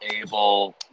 able